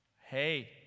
Hey